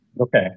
Okay